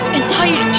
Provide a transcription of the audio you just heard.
entire